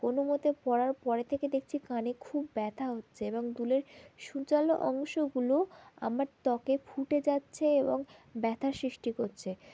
কোনোমতে পরার পরে থেকে দেখচছি কানে খুব ব্যথা হচ্ছে এবং দুলের সূচালো অংশগুলোও আমার ত্বকে ফুটে যাচ্ছে এবং ব্যথার সৃষ্টি করছে